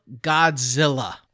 Godzilla